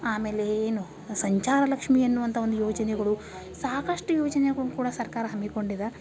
ಆಮೇಲೆ ಏನು ಸಂಚಾರ ಲಕ್ಷ್ಮಿ ಎನ್ನುವಂಥ ಒಂದು ಯೋಜನೆಗಳು ಸಾಕಷ್ಟು ಯೋಜನೆಗಳು ಕೂಡ ಸರ್ಕಾರ ಹಮ್ಮಿಕೊಂಡಿದೆ